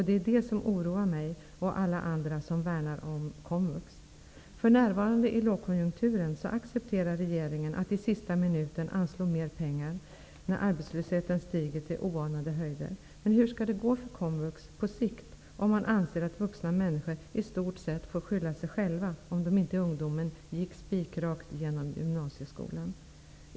Det är detta som oroar mig och alla andra som värnar om komvux. För närvarande, i lågkonjunkturen, accepterar regeringen att i sista minuten anslå mer pengar -- då arbetslösheten stiger till oanade höjder. Men hur skall det gå för komvux på sikt, om man anser att vuxna i stort sett får skylla sig själva om de i ungdomen inte gick spikrakt genom gymnasieskolan?